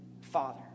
father